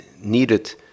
needed